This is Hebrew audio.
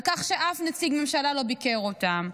על כך שאף נציג ממשלה לא ביקר אותם.